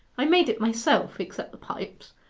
i made it myself, except the pipes.